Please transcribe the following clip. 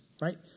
right